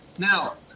Now